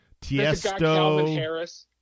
Tiesto